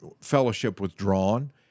fellowship-withdrawn